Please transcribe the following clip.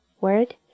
Word